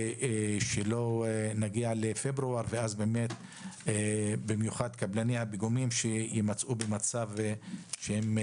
שלא נגיע לפברואר ואז במיוחד קבלני הפיגומים יימצאו במצב לא נעים.